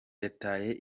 yataye